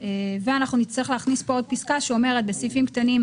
אנו מסתכלים על התא המשפחתי כמכלול מבחינת מספר הדירות.